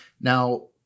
now